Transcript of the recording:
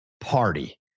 party